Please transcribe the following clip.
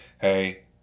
hey